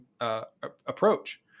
approach